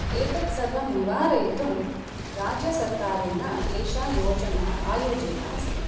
एतत्सर्वं निवारयितुं राज्यसर्कारेण एषा योजना आयोजिता अस्ति